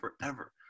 forever